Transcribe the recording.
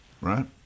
Right